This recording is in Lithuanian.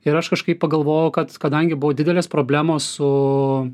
ir aš kažkaip pagalvojau kad kadangi buvo didelės problemos su